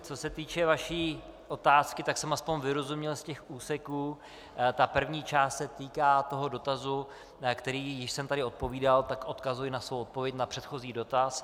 Co se týče vaší otázky, tak jsem aspoň vyrozuměl z těch úseků, ta první část se týká toho dotazu, na který již jsem tady odpovídal, tak odkazuji na svou odpověď na předchozí dotaz.